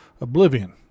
Oblivion